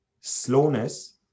slowness